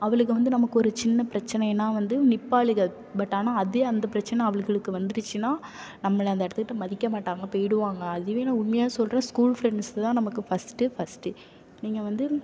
அவளுங்க வந்து நமக்கு ஒரு சின்ன பிரச்சனைனால் வந்து நிப்பாளுக பட் ஆனால் அதே அந்த பிரச்சனை அவளுங்களுக்கு வந்துடுச்சின்னா நம்மள அந்த இடத்துக்கிட்ட மதிக்க மாட்டாங்க போய்டுவாங்க அதுவே நான் உண்மையாக சொல்கிறேன் ஸ்கூல் ஃப்ரெண்ட்ஸ் தான் நமக்கு ஃபஸ்ட் ஃபஸ்ட் நீங்கள் வந்து